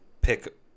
pick